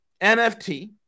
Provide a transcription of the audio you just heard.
NFT